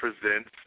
presents